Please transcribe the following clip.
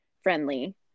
friendly